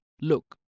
Look